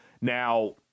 Now